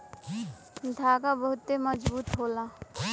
धागा बहुते मजबूत होला